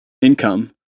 income